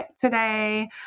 today